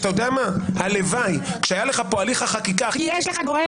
אתה יודע מה עשו כאן בתקופת בחירות?